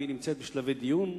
אם היא נמצאת בשלבי דיון,